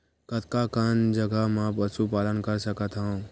कतका कन जगह म पशु पालन कर सकत हव?